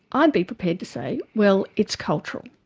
i'd be prepared to say, well it's cultural.